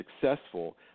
successful